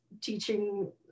teaching